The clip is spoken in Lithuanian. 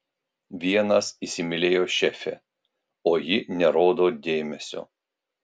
vienas įsimylėjo šefę o ji nerodo dėmesio